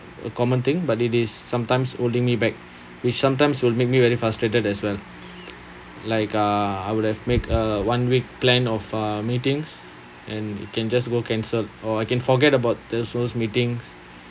a common thing but it is sometimes holding me back it sometimes will make me very frustrated as well like uh I would have make uh one week plan of uh meetings and it can just go cancelled or I can forget about the sols~ meetings